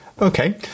Okay